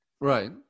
Right